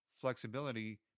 Flexibility